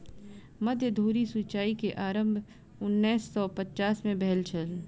मध्य धुरी सिचाई के आरम्भ उन्नैस सौ पचास में भेल छल